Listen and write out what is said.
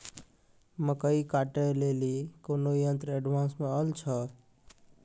मकई कांटे ले ली कोनो यंत्र एडवांस मे अल छ?